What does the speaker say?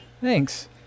Thanks